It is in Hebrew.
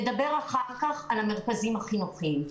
נדבר אחר כך על המרכזים החינוכיים.